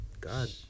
God